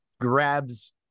grabs